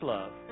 Love